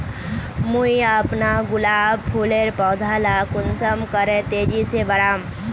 मुई अपना गुलाब फूलेर पौधा ला कुंसम करे तेजी से बढ़ाम?